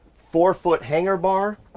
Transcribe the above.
four foot hanger bar,